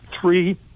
three